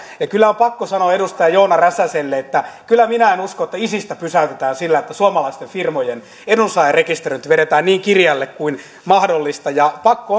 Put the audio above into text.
ja kyllä on pakko sanoa edustaja joona räsäselle että en minä kyllä usko että isistä pysäytetään sillä että suomalaisten firmojen edunsaajarekisteröinnit vedetään niin kireälle kuin mahdollista pakko